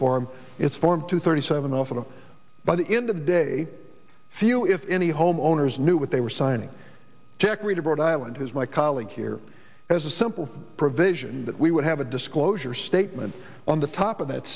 form it's form two thirty seven off of them by the end of the day few if any homeowners knew what they were signing tech reed of rhode island has my colleague here has a simple provision that we would have a disclosure statement on the top of that